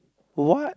what